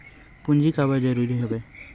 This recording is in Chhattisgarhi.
पूंजी काबर जरूरी हवय?